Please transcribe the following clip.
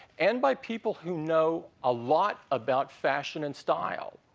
and, by people who know a lot about fashion and style